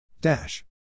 Dash